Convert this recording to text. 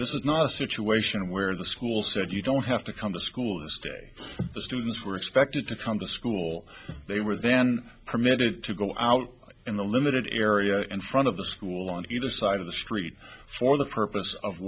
this is not a situation where the school said you don't have to come to school stay the students were expected to come to school they were then permitted to go out in the limited area in front of the school on either side of the street for the purpose of